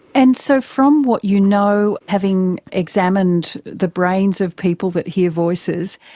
and so from what you know, having examined the brains of people that hear voices,